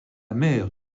mère